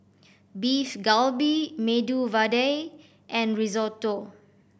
Beef Galbi Medu Vada and Risotto